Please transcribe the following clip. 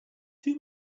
too